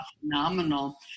phenomenal